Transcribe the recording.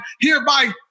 hereby